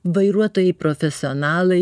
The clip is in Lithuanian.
vairuotojai profesionalai